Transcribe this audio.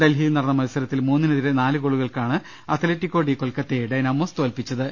ഡൽഹിയിൽ നടന്ന മത്സരത്തിൽ മൂന്നിനെതിരെ നാല് ഗോളുകൾക്കാണ് അത്ലറ്റിക്കോ ഡി കൊൽക്കത്തയെ ഡൈനാമോസ് തോൽപ്പിച്ചത്